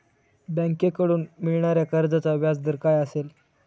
बँकेकडून मिळणाऱ्या कर्जाचा व्याजदर काय असेल?